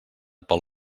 pel